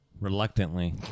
Reluctantly